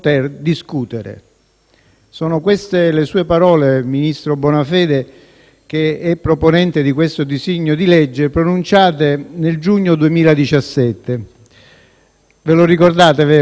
Sono queste le sue parole, ministro Bonafede, proponente del disegno di legge in esame, pronunciate nel giugno 2017. Ve lo ricordate, vero?